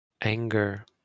anger